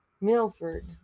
Milford